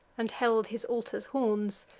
and held his altar's horns.